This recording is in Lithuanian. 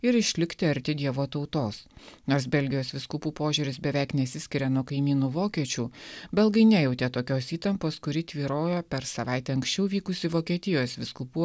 ir išlikti arti dievo tautos nors belgijos vyskupų požiūris beveik nesiskiria nuo kaimynų vokiečių belgai nejautė tokios įtampos kuri tvyrojo per savaite anksčiau vykusį vokietijos vyskupų